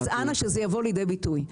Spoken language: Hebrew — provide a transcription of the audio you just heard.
אז אנא, שזה יבוא לידי ביטוי.